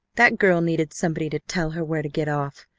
that girl needed somebody to tell her where to get off,